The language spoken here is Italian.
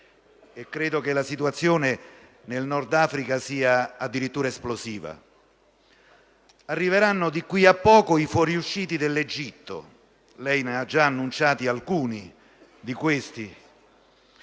Credo che la situazione nel Nord-Africa sia addirittura esplosiva. Arriveranno di qui a poco i fuoriusciti dall'Egitto - lei ne ha già annunciati alcuni - dove